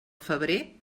febrer